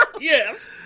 yes